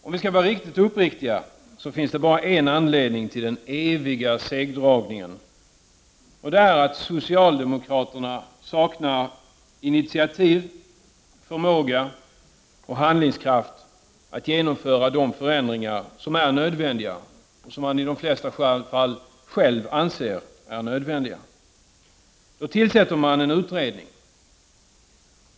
Om vi skall vara riktigt uppriktiga finns det bara en anledning till den eviga segdragningen, nämligen att socialdemokraterna saknar initiativ, förmåga och handlingskraft att genomföra de förändringar som är nödvändiga och som de själva i de flesta fall anser är nödvändiga. Då tillsätter de en utredning.